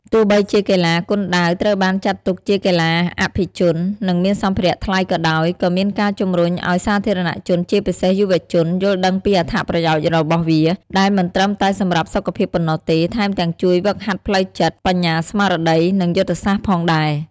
ទោះបីជាកីឡាគុនដាវត្រូវបានចាត់ទុកជាកីឡាអភិជន និងមានសម្ភារៈថ្លៃក៏ដោយ ក៏មានការជំរុញឱ្យសាធារណជន ជាពិសេសយុវជន យល់ដឹងពីអត្ថប្រយោជន៍របស់វា ដែលមិនត្រឹមតែសម្រាប់សុខភាពប៉ុណ្ណោះទេ ថែមទាំងជួយហ្វឹកហាត់ផ្លូវចិត្ត បញ្ញាស្មារតី និងយុទ្ធសាស្ត្រផងដែរ។